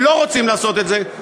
לא רוצים לעשות את זה.